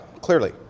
clearly